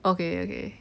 okay okay